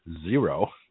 zero